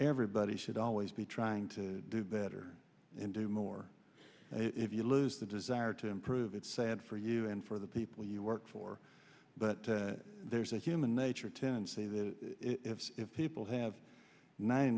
everybody should always be trying to do better in do more if you lose the desire to improve it's sad for you and for the people you work for but there's a human nature tendency that if people have nine